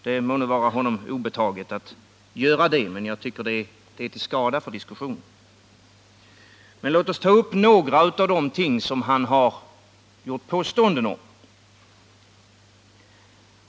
Det må vara honom obetaget att göra det, men det är till skada för diskussionen. Låt oss ta upp några av de ting som han har gjort påståenden om.